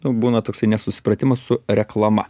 būna toksai nesusipratimas su reklama